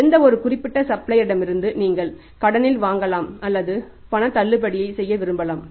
எந்தவொரு குறிப்பிட்ட சப்ளையரிடமிருந்தும் நீங்கள் கடனில் வாங்கலாம் அல்லது பண தள்ளுபடியை செய்ய விரும்பலாம்